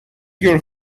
your